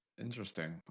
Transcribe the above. Interesting